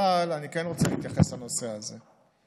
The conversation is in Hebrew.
אבל אני כן רוצה להתייחס לנושא הזה.